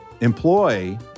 employ